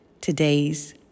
today's